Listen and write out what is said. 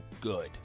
good